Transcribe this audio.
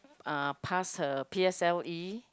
uh pass her p_s_l_e